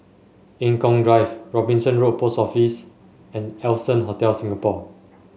Eng Kong Drive Robinson Road Post Office and Allson Hotel Singapore